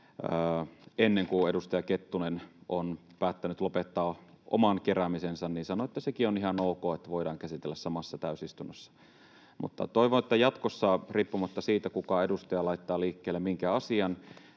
ennen kuin edustaja Kettunen on päättänyt lopettaa oman keräämisensä, niin sanoin, että sekin on ihan ok, voidaan käsitellä samassa täysistunnossa. Mutta jatkossa, riippumatta siitä, kuka edustaja laittaa liikkeelle minkäkin asian